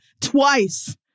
twice